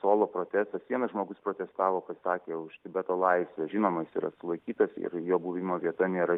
solo protestas vienas žmogus protestavo pasisakė už tibeto laisvę žinoma jis yra sulaikytas ir jo buvimo vieta nėra